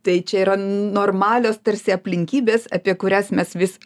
tai čia yra normalios tarsi aplinkybės apie kurias mes vis